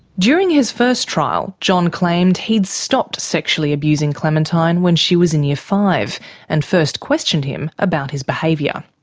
during his first trial, john claimed he'd stopped sexually abusing clementine when she was in year five and first questioned him about his behaviour.